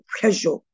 pleasure